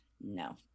No